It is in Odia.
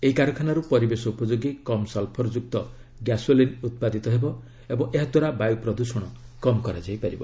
ଏହି କାରଖାନାରୁ ପରିବେଶ ଉପଯୋଗୀ କମ୍ ସଲ୍ଫର ଯୁକ୍ତ ଗ୍ୟାସୋଲିନ୍ ଉତ୍ପାଦିତ ହେବ ଏବଂ ଏହାଦ୍ୱାରା ବାୟୁ ପ୍ରଦୂଷଣ କମ୍ କରାଯାଇପାରିବ